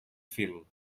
fil